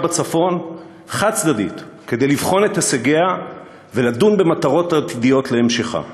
בצפון חד-צדדית כדי לבחון את הישגיה ולדון במטרות עתידיות להמשכה.